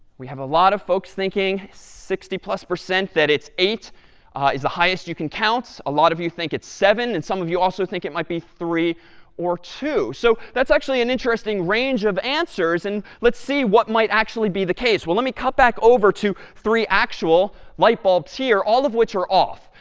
we have a lot of folks thinking, sixty plus percent that it's eight is the highest you can count. a lot of you think it's seven, and some of you also think it might be three or two. so that's actually an interesting range of answers. and let's see what might actually be the case. well, let me cut back over to three actual light bulbs here, all of which are off.